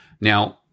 Now